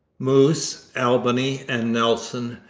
moose, albany, and nelson,